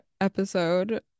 episode